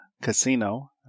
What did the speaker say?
Casino